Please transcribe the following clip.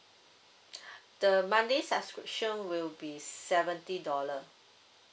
the monthly subscription will be seventy dollar